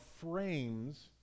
frames